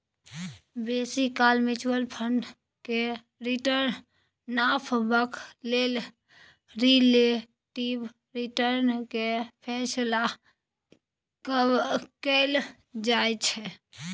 बेसी काल mutual fund केर रिटर्न नापबाक लेल रिलेटिब रिटर्न केर फैसला कएल जाइ छै